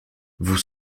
vous